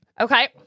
Okay